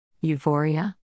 Euphoria